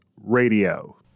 Radio